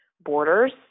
borders